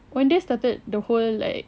owndays started the whole like